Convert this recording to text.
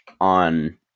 On